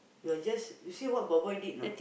you're just you see what boy boy did or not